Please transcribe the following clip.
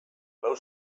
lau